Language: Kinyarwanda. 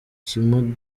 cy’u